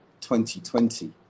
2020